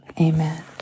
amen